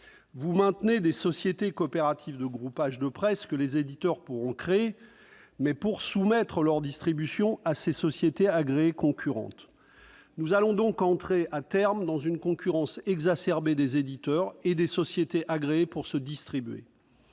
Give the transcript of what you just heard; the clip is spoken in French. Vous maintenez des sociétés coopératives de groupage de presse, que les éditeurs pourront créer, mais pour soumettre leur distribution à des sociétés agréées concurrentes. Nous allons donc entrer dans une concurrence exacerbée des éditeurs et des sociétés agréées. Vous justifiez